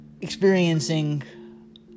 experiencing